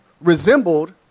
resembled